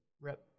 rep